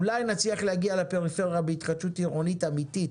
אולי נצליח להגיע לפריפריה בהתחדשות עירונית אמיתית,